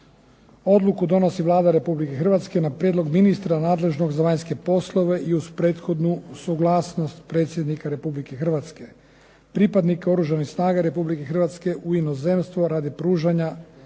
odluku donosi Vlada Republike Hrvatske na prijedlog ministra nadležnog za vanjske poslove i uz prethodnu suglasnost Predsjednika Republike Hrvatske pripadnika Oružanih snaga Republike Hrvatske u inozemstvo radi pružanja